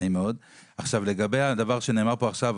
לגבי מה שנאמר פה עכשיו,